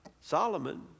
Solomon